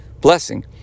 blessing